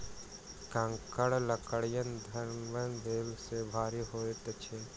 कड़गर लकड़ीक घनत्व बेसी भेला सॅ भारी होइत अछि